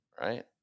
right